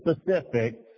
specific